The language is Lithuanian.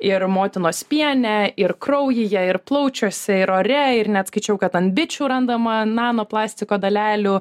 ir motinos piene ir kraujyje ir plaučiuose ir ore ir net skaičiau kad ant bičių randama nano plastiko dalelių